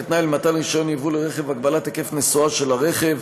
כתנאי למתן רישיון יבוא לרכב הגבלת היקף נסועה של רכב,